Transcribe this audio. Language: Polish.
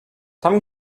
tam